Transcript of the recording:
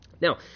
Now